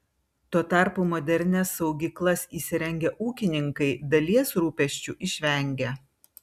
tuo tarpu modernias saugyklas įsirengę ūkininkai dalies rūpesčių išvengia